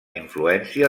influència